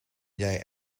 jij